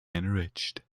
enriched